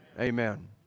amen